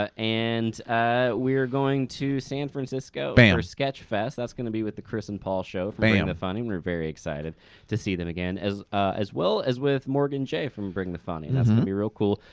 ah and ah we're going to san francisco bam. for sketchfest, that's gonna be with the chris and paul show bam. from bring um the funny, we're very excited to see them again. as ah as well as with morgan jay from bring the funny and that's gonna be real cool.